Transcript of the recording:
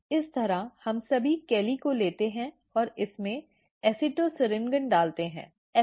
इस तरह हम सभी कैली को लेते हैं और इसमें एसिटोसाइरिंगोन डालते हैं